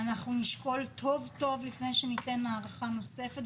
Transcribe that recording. נשקול טוב-טוב לפני שניתן הארכה נוספת,